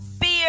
fear